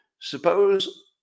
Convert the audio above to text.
Suppose